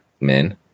men